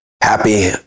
Happy